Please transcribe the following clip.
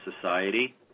society